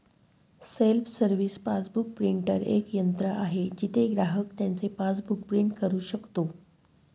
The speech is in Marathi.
सेल्फ सर्व्हिस पासबुक प्रिंटर एक यंत्र आहे जिथे ग्राहक त्याचे पासबुक प्रिंट करू शकतो